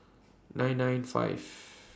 nine nine five